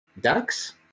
ducks